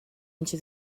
into